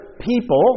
people